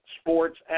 sports